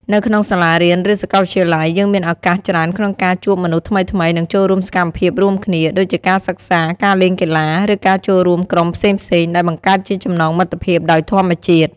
នៅក្នុងសាលារៀន ឬសាកលវិទ្យាល័យ យើងមានឱកាសច្រើនក្នុងការជួបមនុស្សថ្មីៗ និងចូលរួមសកម្មភាពរួមគ្នា ដូចជាការសិក្សា ការលេងកីឡា ឬការចូលរួមក្រុមផ្សេងៗ ដែលបង្កើតជាចំណងមិត្តភាពដោយធម្មជាតិ។